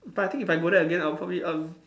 but I think if I go there again I'll probably um